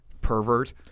Pervert